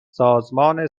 سازمان